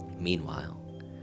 Meanwhile